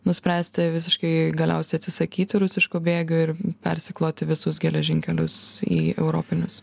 nuspręsti visiškai galiausiai atsisakyti rusiškų bėgių ir persikloti visus geležinkelius į europinius